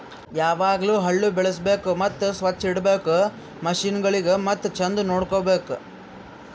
ಯಾವಾಗ್ಲೂ ಹಳ್ಳು ಬಳುಸ್ಬೇಕು ಮತ್ತ ಸೊಚ್ಚ್ ಇಡಬೇಕು ಮಷೀನಗೊಳಿಗ್ ಮತ್ತ ಚಂದ್ ನೋಡ್ಕೋ ಬೇಕು